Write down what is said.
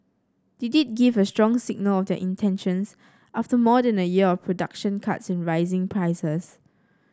they did give a strong signal of their intentions after more than a year of production cuts and rising prices